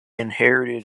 inherited